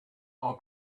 our